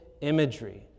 imagery